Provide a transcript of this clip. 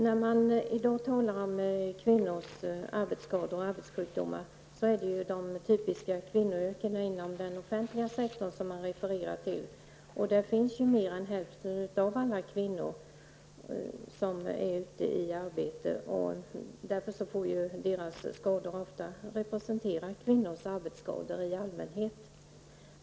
När det i dag talas om kvinnors arbetsskador och arbetssjukdomar är det de typiska kvinnoyrkena inom den offentliga sektorn som man refererar till. Mer än hälften av alla yrkesverksamma kvinnor återfinns ju inom denna sektor. Därför får de skador som kvinnor där drabbas av ofta representera kvinnors arbetsskador i allmänhet.